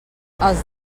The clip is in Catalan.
els